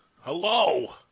hello